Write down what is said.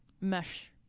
mesh